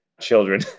children